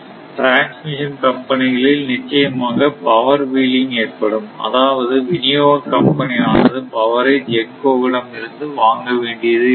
transmission கம்பெனிகளில் நிச்சயமாக power wheeling ஏற்படும் அதாவது விநியோக கம்பெனி ஆனது பவரை GENCO விடம் இருந்து வாங்க வேண்டியது இருக்கும்